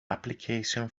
application